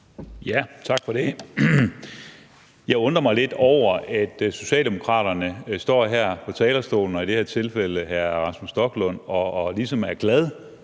Tak for det. Jeg undrer mig lidt over, at Socialdemokraterne står her på talerstolen, og i det her tilfælde er det hr. Rasmus Stoklund, og ligesom er glad